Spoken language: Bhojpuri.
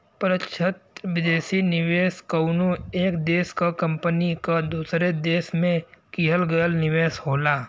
प्रत्यक्ष विदेशी निवेश कउनो एक देश क कंपनी क दूसरे देश में किहल गयल निवेश होला